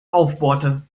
aufbohrte